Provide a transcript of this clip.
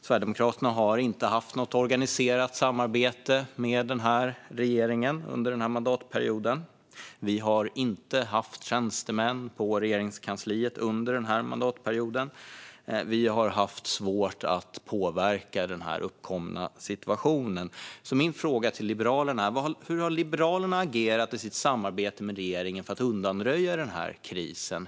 Sverigedemokraterna har inte haft något organiserat samarbete med regeringen under denna mandatperiod och inte heller haft tjänstemän på Regeringskansliet. Vi har haft svårt att påverka den uppkomna situationen. Men hur har Liberalerna agerat i sitt samarbete med regeringen för att undanröja denna kris?